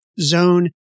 zone